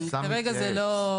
אני סתם מתייעץ.